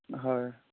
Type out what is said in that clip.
হয়